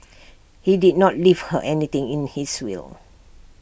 he did not leave her anything in his will